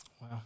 wow